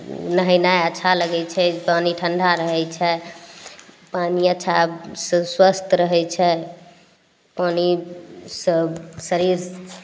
नहेनाय अच्छा लगय छै पानि ठण्डा रहय छै पानि अच्छा स्व स्वस्थ रहय छै पानि सब शरीर